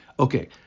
Okay